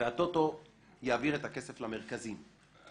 והטוטו יעביר את הכסף למרכזים.